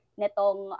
netong